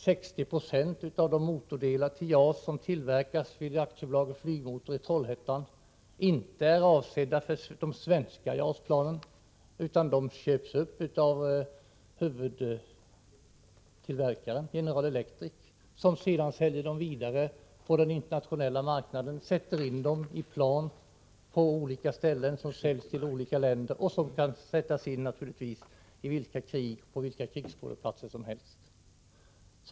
60 90 av de motordelar till JAS som tillverkas vid AB Volvo Flygmotor i Trollhättan är inte avsedda för de svenska JAS-planen, utan de köps upp av huvudtillverkaren General Electric, som sedan säljer dem vidare på den internationella marknaden. Man sätter på olika ställen in motorerna i plan, och planen säljs till olika länder. Planen kan naturligtvis sättas in i vilka krig och på vilka krigsskådeplatser som helst.